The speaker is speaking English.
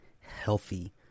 healthy